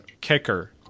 kicker